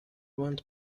want